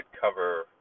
cover